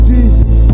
Jesus